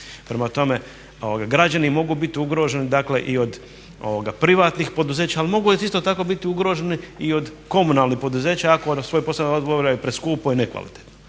Prema tome, građani mogu biti ugroženi dakle i od privatnih poduzeća ali mogu isto tako biti ugroženi i od komunalnih poduzeća ako svoj posao obavljaju preskupo i nekvalitetno.